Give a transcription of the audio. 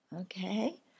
Okay